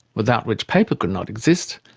without which paper could not exist,